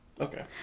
okay